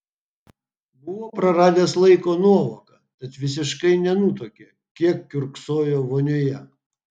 buvo praradęs laiko nuovoką tad visiškai nenutuokė kiek kiurksojo vonioje